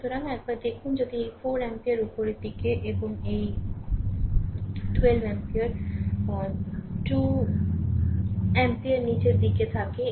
সুতরাং একবার দেখুন যদি এই 4 অ্যাম্পিয়ার উপরের দিকে এবং 12 অ্যাম্পিয়ার 2 অ্যাম্পিয়ার নীচের দিকে থাকে